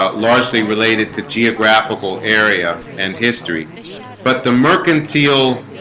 ah largely related to geographical area and history but the mercantile